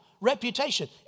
reputation